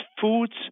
foods